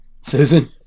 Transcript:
Susan